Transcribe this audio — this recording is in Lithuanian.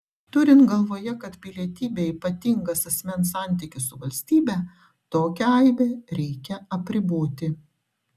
turint galvoje kad pilietybė ypatingas asmens santykis su valstybe tokią aibę reikia apriboti